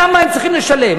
למה הם צריכים לשלם?